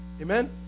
Amen